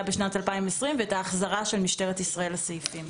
בשנת 2020 ואת ההחזרה של משטרת ישראל לסעיפים.